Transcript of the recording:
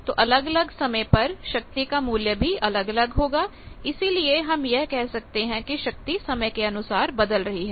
तो अलग अलग समय पर शक्ति का मूल्य भी अलग अलग होगा इसीलिए हम यह कहते हैं कि शक्ति समय के अनुसार बदल रही है